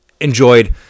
enjoyed